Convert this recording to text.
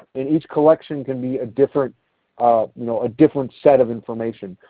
and each collection can be a different ah you know ah different set of information.